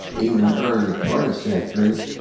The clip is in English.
even early twentieth century,